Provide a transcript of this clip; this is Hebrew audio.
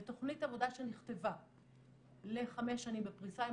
זה תכנית עבודה שנכתבה לחמש שנים בפריסה עם